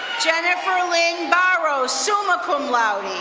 jennifer lynn barrows, summa cum laude.